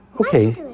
Okay